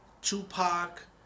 Tupac